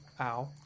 ow